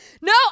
no